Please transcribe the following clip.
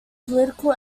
political